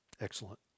excellent